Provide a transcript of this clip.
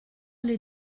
les